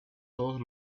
todos